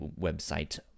website